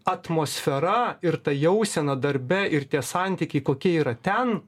atmosfera ir ta jausena darbe ir tie santykiai kokie yra ten